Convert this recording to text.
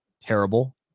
terrible